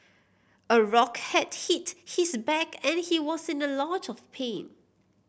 a rock had hit his back and he was in a lot of pain